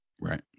Right